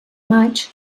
maig